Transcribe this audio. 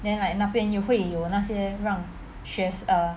then like 那边会有那些让学生 err